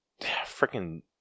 freaking